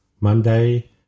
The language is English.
Monday